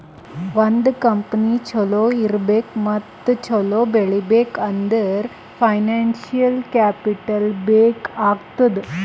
ಒಂದ್ ಕಂಪನಿ ಛಲೋ ಇರ್ಬೇಕ್ ಮತ್ತ ಛಲೋ ಬೆಳೀಬೇಕ್ ಅಂದುರ್ ಫೈನಾನ್ಸಿಯಲ್ ಕ್ಯಾಪಿಟಲ್ ಬೇಕ್ ಆತ್ತುದ್